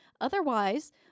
otherwise